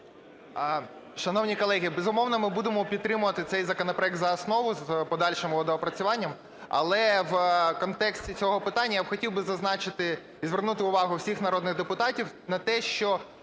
Шановні колеги, безумовно, ми будемо підтримувати цей законопроект за основу з подальшим доопрацюванням. Але в контексті цього питання я хотів би зазначити і звернути увагу всіх народних депутатів на те, що,